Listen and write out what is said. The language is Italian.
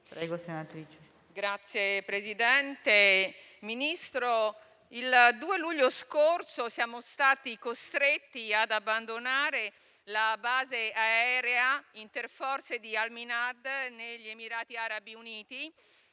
Signor Presidente, signor Ministro, il 2 luglio scorso siamo stati costretti ad abbandonare la base aerea interforze di Al Minhad, negli Emirati Arabi Uniti,